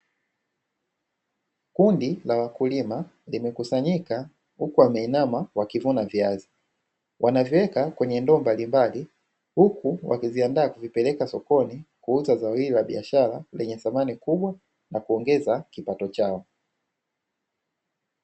Kundi la wakulima limekusanyika, huku wameinama wakivuna viazi. Wanaviweka kwenye ndoo mbalimbali, huku wakiviandaa kuvipeleka sokoni kuuza zao hili la biashara lenye thamani kubwa, na kuongeza kipato chao.